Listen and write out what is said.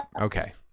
Okay